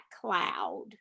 cloud